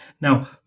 Now